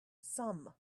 some